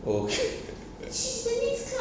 oh okay